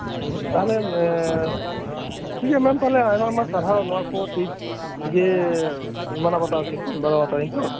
ᱛᱟᱦᱚᱞᱮ ᱴᱷᱤᱠᱜᱮᱭᱟ ᱢᱮᱢᱛᱟᱦᱚᱞᱮ ᱟᱭᱢᱟ ᱟᱭᱢᱟ ᱥᱟᱨᱦᱟᱣ ᱱᱚᱣᱟᱠᱩ ᱴᱤᱯᱥ ᱜᱤ ᱢᱟᱱᱟᱣ ᱵᱟᱛᱟᱣᱟᱹᱧ ᱛᱚ